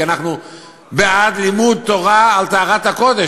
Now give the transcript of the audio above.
כי אנחנו בעד לימוד תורה על טהרת הקודש,